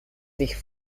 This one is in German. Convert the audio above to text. sich